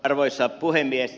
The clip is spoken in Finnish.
arvoisa puhemies